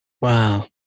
Wow